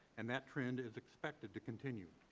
and that trend is expected to continue.